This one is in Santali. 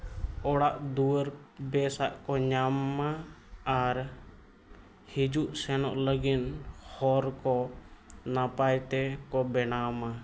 ᱚᱲᱟᱜ ᱫᱩᱣᱟᱹᱨ ᱵᱮᱥᱟᱜ ᱠᱚ ᱧᱟᱢᱟ ᱟᱨ ᱦᱤᱡᱩᱜ ᱥᱮᱱᱚᱜ ᱞᱟᱹᱜᱤᱫ ᱦᱚᱨ ᱠᱚ ᱱᱟᱯᱟᱭ ᱛᱮᱠᱚ ᱵᱮᱱᱟᱣᱼᱢᱟ